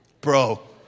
Bro